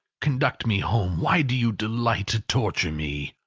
conduct me home. why do you delight to torture me?